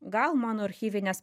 gal mano archyvinės